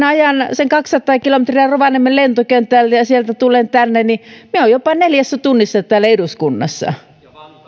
ajan sen kaksisataa kilometriä rovaniemen lentokentälle ja sitten sieltä tulen tänne niin minä olen jopa neljässä tunnissa täällä eduskunnassa